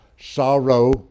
sorrow